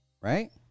right